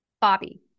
Bobby